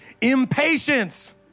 Impatience